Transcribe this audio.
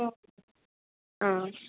ఆ